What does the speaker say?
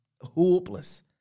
hopeless